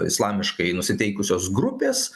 islamiškai nusiteikusios grupės